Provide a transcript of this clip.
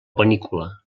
panícula